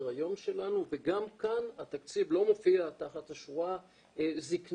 היום שלנו וגם כאן התקציב לא מופיע תחת השורה 'זקנה',